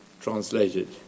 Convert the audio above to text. translated